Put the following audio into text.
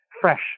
fresh